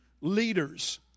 leaders